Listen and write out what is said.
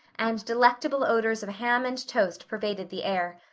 and delectable odors of ham and toast pervaded the air.